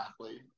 athlete